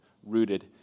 Rooted